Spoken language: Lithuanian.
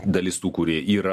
dalis tų kurie yra